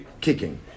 Kicking